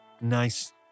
Nice